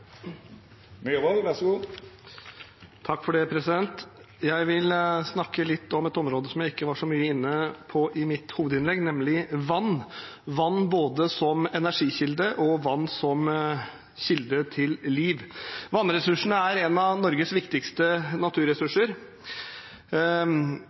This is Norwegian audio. Jeg vil snakke litt om et område som jeg ikke var så mye inne på i mitt hovedinnlegg, nemlig vann – vann både som energikilde og som kilde til liv. Vann er en av Norges viktigste